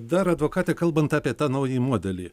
dar advokate kalbant apie tą naująjį modelį